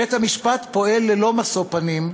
בית-המשפט פועל ללא משוא פנים,